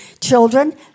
Children